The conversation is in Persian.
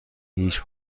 هیچ